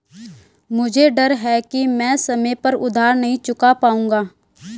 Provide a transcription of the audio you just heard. मुझे डर है कि मैं समय पर उधार नहीं चुका पाऊंगा